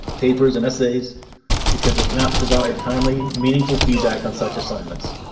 papers, and essays because they cannot provide timely, meaningful feedback on such assignments.